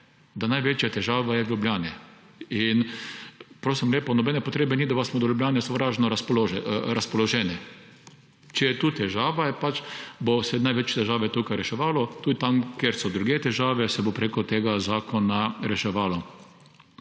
je največja težava v Ljubljani. Prosim lepo, nobene potrebe ni, da smo do Ljubljane sovražno razpoloženi. Če je tu težava, se bo največ težav tukaj reševalo. Tudi drugje, kjer so težave, se bo prek tega zakona reševalo.